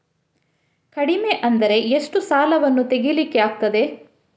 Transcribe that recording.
ಕಡಿಮೆ ಅಂದರೆ ಎಷ್ಟು ಸಾಲವನ್ನು ತೆಗಿಲಿಕ್ಕೆ ಆಗ್ತದೆ?